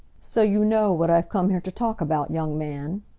so you know what i've come here to talk about, young man?